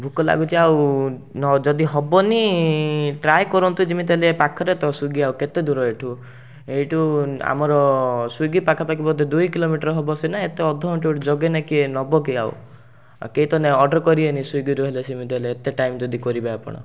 ଭୋକ ଲାଗୁଛି ଆଉ ନ ଯଦି ହେବନି ଟ୍ରାଏ୍ କରନ୍ତୁ ଯେମିତି ହେଲେ ପାଖରେ ତ ସ୍ଵିଗୀ ଆଉ କେତେ ଦୂର ଏଠୁ ଏଇଠୁ ଆମର ସ୍ଵିଗୀ ପାଖାପାଖି ବୋଧେ ଦୁଇ କିଲୋମିଟର୍ ହେବ ସିନା ଏତେ ଅଧଘଣ୍ଟେରୁ ଜଗେନା କିଏ ନେବ କିଏ ଆଉ ଆଉ କିଏ ତ ଅର୍ଡ଼ର୍ କରିବେନି ସ୍ଵିଗୀରୁ ହେଲେ ସେମିତି ହେଲେ ଏତେ ଟାଇମ୍ ଯଦି କରିବେ ଆପଣ